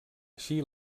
així